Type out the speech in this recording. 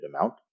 amount